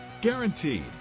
Guaranteed